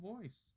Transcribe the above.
voice